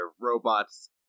robots